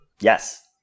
Yes